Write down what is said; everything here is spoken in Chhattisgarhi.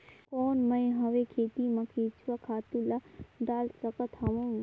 कौन मैं हवे खेती मा केचुआ खातु ला डाल सकत हवो?